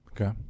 Okay